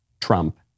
Trump